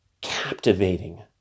captivating